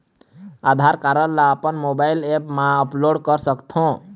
आधार card ला अपन mobile app मा अपलोड कर सकथों?